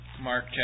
Mark